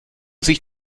sich